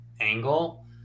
angle